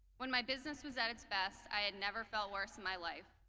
when my business was at it's best, i had never felt worse in my life.